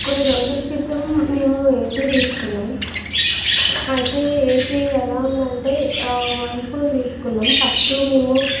కొన్ని రోజుల క్రితం మేము ఏసి తీసుకున్నాం అయితే ఏసీ ఎలా ఉందంటే వర్ల్పూల్ తీసుకున్నాం ఫస్ట్ మేము